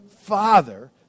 father